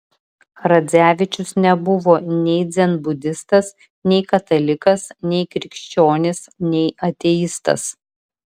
radzevičius nebuvo nei dzenbudistas nei katalikas nei krikščionis nei ateistas